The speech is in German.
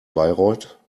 bayreuth